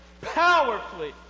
Powerfully